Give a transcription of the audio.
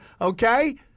okay